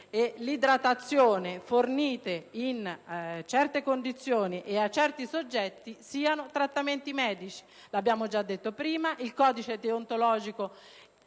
e l'idratazione fornite in certe condizioni e a certi soggetti sono trattamenti medici. Lo abbiamo già detto prima. Il codice deontologico